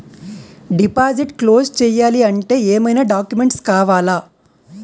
Deposit close చేయాలి అంటే ఏమైనా డాక్యుమెంట్స్ కావాలా?